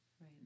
right